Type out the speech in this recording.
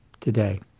today